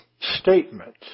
statement